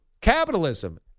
Capitalism